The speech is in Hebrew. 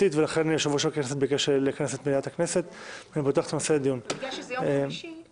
מדובר בתיקון לחוק שהכנסת אישרה בסוף חודש יולי